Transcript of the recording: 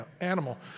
animal